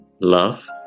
Love